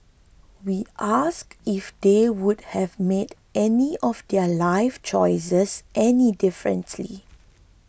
we asked if they would have made any of their life choices any differently